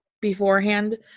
beforehand